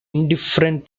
indifferent